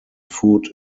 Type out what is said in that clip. food